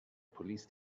police